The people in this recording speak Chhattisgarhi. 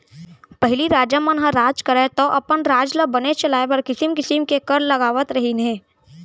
पहिली राजा मन ह राज करयँ तौ अपन राज ल बने चलाय बर किसिम किसिम के कर लगावत रहिन हें